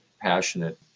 passionate